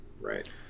Right